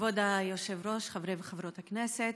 כבוד היושב-ראש, חברי וחברות הכנסת,